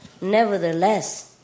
Nevertheless